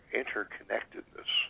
interconnectedness